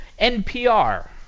NPR